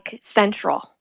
central